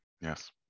Yes